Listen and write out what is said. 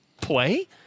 play